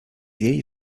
jej